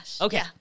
okay